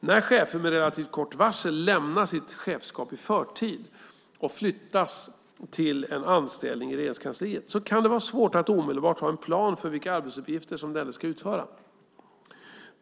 När chefer med relativt kort varsel lämnar sitt chefskap i förtid och flyttas till en anställning i Regeringskansliet kan det vara svårt att omedelbart ha en plan för vilka arbetsuppgifter denne ska utföra.